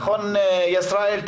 נכון, ישראל?